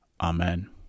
Amen